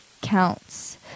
counts